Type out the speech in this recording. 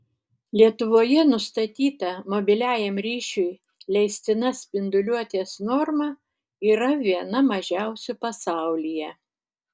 lietuvoje nustatyta mobiliajam ryšiui leistina spinduliuotės norma yra viena mažiausių pasaulyje